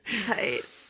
tight